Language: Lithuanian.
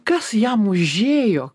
kas jam užėjo